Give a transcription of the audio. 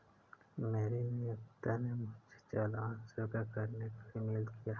मेरे नियोक्ता ने मुझे चालान स्वीकृत करने के लिए मेल किया